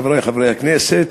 חברי חברי הכנסת,